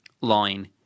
line